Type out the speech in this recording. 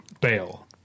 bail